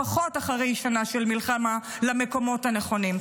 לפחות אחרי שנה של מלחמה, למקומות הנכונים.